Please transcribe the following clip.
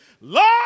Lord